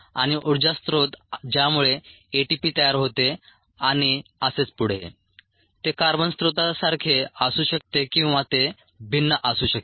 आणि उर्जा स्त्रोत ज्यामुळे एटीपी तयार होते आणि असेच पुढे ते कार्बन स्त्रोतासारखे असू शकते किंवा ते भिन्न असू शकते